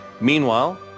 Meanwhile